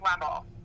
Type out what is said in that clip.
level